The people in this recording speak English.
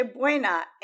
Buena